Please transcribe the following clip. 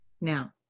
Now